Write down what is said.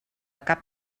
cap